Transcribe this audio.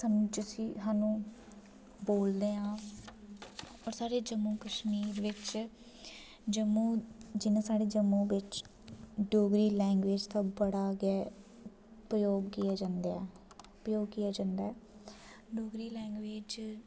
सानू जिसी सानू बोलदे आं होर साढ़े जम्मू कश्मीर बिच्च जम्मू जियां साढ़े जम्मू बिच्च डोगरी लैंग्वेज दा बड़ा गै प्रयोग किया जंदा ऐ प्रयोग किया जंदा ऐ डोगरी लैंग्वेज